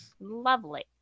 lovely